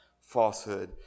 falsehood